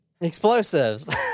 Explosives